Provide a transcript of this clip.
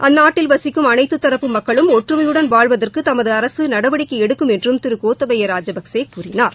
அந்நாட்டில் வசிக்கும் அனைத்து தரப்பு மக்களும் ஒற்றுமையுடன் வாழ்வதற்கு தமது அரசு நடவடிக்கை எடுக்கும் என்றும் திரு கோத்தபய ராஜபக்ஷே கூறினார்